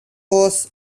was